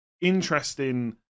interesting